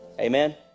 Amen